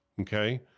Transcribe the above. okay